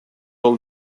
all